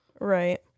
right